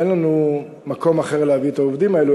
אין לנו מקום אחר להביא ממנו את העובדים האלה,